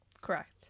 correct